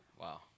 Wow